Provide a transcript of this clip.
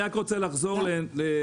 אני רק רוצה לחזור --- אורן,